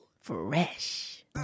Fresh